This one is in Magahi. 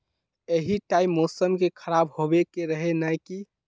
यही टाइम मौसम के खराब होबे के रहे नय की?